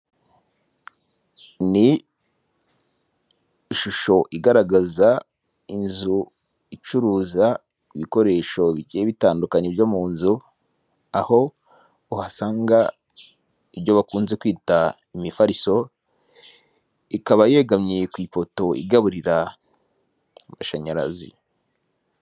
Ni ishusho igaragaza inzu icuruza ibikoresho bigiye bitandukanye byo mu nzu, aho uhasanga ibyo bakunze kwita imifariso, ikaba yegamye ku ipoto igaburira amashanyarazi.